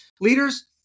leaders